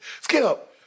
Skip